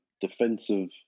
defensive